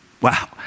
Wow